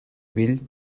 vell